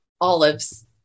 Olives